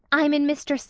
i'm in mr.